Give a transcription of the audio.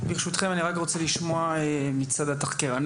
ברשותכם, אני רוצה לשמוע את התחקירנים.